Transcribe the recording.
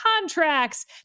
contracts